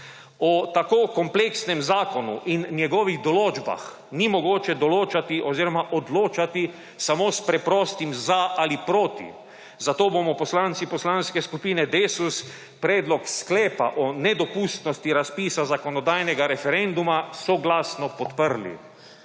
O tako kompleksnem zakonu in njegovih določbah ni mogoče odločati samo s preprostim za ali proti, zato bomo poslanci Poslanske skupine Desus predlog sklepa o nedopustnosti razpisa zakonodajnega referenduma soglasno podprli.